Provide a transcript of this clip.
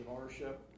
ownership